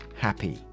happy